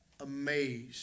amazed